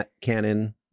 Cannon